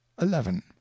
eleven